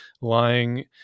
lying